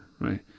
right